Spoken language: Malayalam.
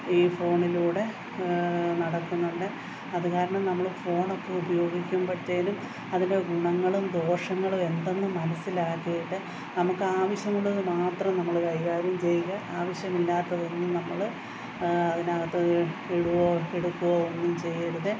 ഈ ഫോണിലൂടെ നടക്കുന്നുണ്ട് അതുകാരണം നമ്മൾ ഫോണൊക്കെ ഉപയോഗിക്കുമ്പോഴത്തേനും അതിൻറ്റെ ഗുണങ്ങളും ദോഷങ്ങളും എന്തെന്നു മനസ്സിലാക്കിയിട്ട് നമുക്ക് ആവശ്യമുള്ളതു മാത്രം നമ്മൾ കൈകാര്യം ചെയ്യുക ആവശ്യമില്ലാത്തതൊന്നും നമ്മൾ അതിനകത്ത് ഇടുവോ എടുക്കുവോ ഒന്നും ചെയ്യരുത്